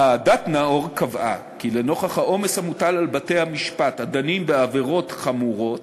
ועדת נאור קבעה כי לנוכח העומס המוטל על בתי-המשפט הדנים בעבירות חמורות